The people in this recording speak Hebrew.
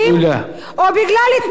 או בגלל התנחלויות.